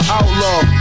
outlaw